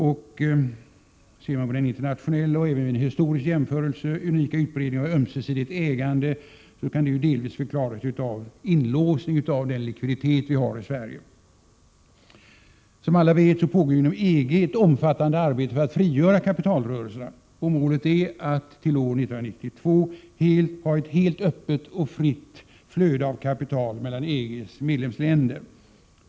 Den i internationella och även vid en historisk jämförelse unika utbredningen av ömsesidigt ägande kan delvis förklaras av den inlåsning av likviditet som vi har i Sverige. Som alla vet pågår det inom EG ett omfattande arbete för att frigöra kapitalrörelserna. Målet är att till år 1992 ha ett helt öppet och fritt flöde av kapital mellan EG:s medlemsländer.